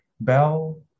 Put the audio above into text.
bell